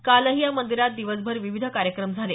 कालही या मंदिरात दिवसभर विविध कार्यक्रम झाले